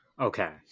Okay